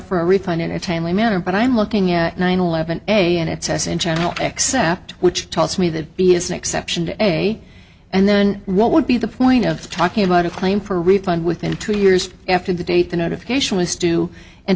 for a refund in a timely manner but i'm looking at nine eleven and it says in general except which tells me that b is an exception to a and then what would be the point of talking about a claim for refund within two years after the date the notification was due and